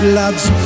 love's